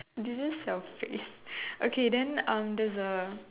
did you just self praise okay then um there's a